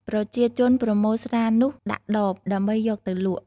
ប្រជាជនប្រមូលស្រានោះដាក់ដប ដើម្បីយកទៅលក់។